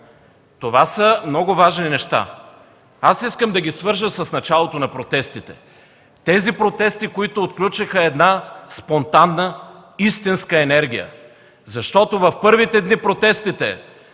Това са много важни неща! Искам да ги свържа с началото на протестите, които отключиха една спонтанна, истинска енергия. В първите дни протестите